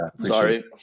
Sorry